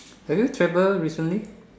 have you travelled recently